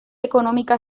económica